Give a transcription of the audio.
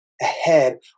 ahead